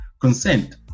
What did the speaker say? consent